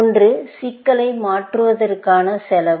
ஒன்று சிக்கலை மாற்றுவதற்கான செலவு